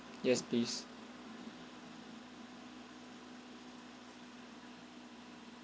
yes please